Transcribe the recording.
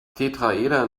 tetraeder